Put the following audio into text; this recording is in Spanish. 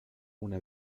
una